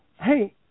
Hey